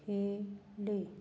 ਫੇਲੇ